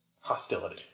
Hostility